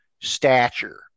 stature